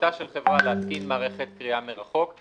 בחובתה של חברה להתקין מערכת קריאה מרחוק.